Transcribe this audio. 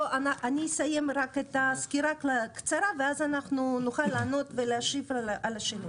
אני אסיים רק את הסקירה הקצרה ואז אנחנו נוכל לענות ולהשיב על השאלות,